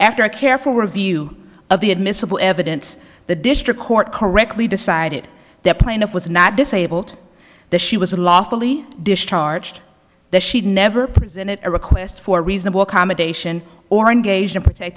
after a careful review of the admissible evidence the district court correctly decided that plaintiff was not disabled that she was a law fully discharged that she never presented a request for reasonable accommodation or engaged in protect